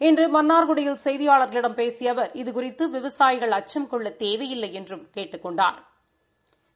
இன்று மன்னார்குடியில் செய்தியாளர்களிடம் பேசிய அவர் இது குறித்து விவசாயிகள் அச்சம் கொள்ளத்தேவையில்லை என்றும் கேட்டுக் கொண்டாா்